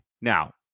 Now